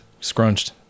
Scrunched